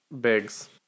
Biggs